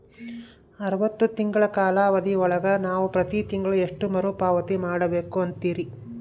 ಅರವತ್ತು ತಿಂಗಳ ಕಾಲಾವಧಿ ಒಳಗ ನಾವು ಪ್ರತಿ ತಿಂಗಳು ಎಷ್ಟು ಮರುಪಾವತಿ ಮಾಡಬೇಕು ಅಂತೇರಿ?